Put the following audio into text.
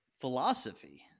philosophy